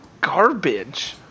garbage